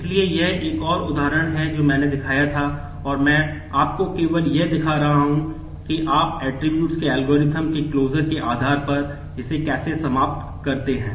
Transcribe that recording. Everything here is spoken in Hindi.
इसलिए यह एक और उदाहरण है जो मैंने दिखाया था और मैं आपको केवल यह दिखा रहा हूं कि आप ऐट्रिब्यूट्स के आधार पर इसे कैसे समाप्त करते हैं